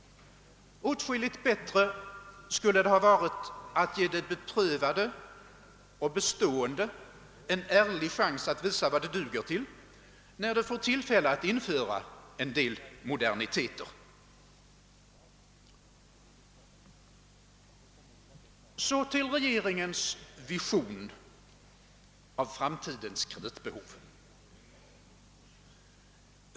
Åtskilligt bättre skulle det ha varit att ge det beprövade och bestående en ärlig chans att visa vad det duger till när man får tillfälle att införa en del moderniteter. Så till regeringens vision av framtidens kreditbehov!